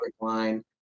line